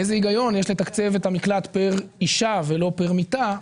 איזה היגיון יש לתקצב את המקלט פר אישה ולא פר מיטה,